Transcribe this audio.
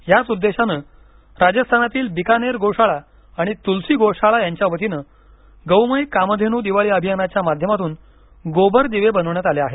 याच उद्देशाने राजस्थानातील बिकानेर गोशाळा आणि तुलसी गोशाळा यांच्यावतीने गौमय कामधेनु दिवाळी अभियानाच्या माध्यमातून गोबर दिवे बनवण्यात आले आहेत